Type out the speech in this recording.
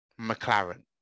McLaren